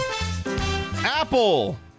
Apple